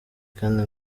kandi